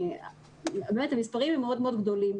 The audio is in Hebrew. ובאמת המספרים הם מאוד מאוד גדולים,